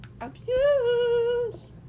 Abuse